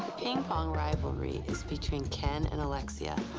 ping-pong rivalry is between ken and alexcia.